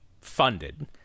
funded